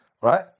right